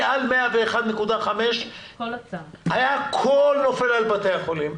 מעל 101.5% היה הכול נופל על בתי החולים,